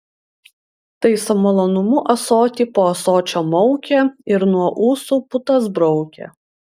tai su malonumu ąsotį po ąsočio maukė ir nuo ūsų putas braukė